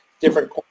different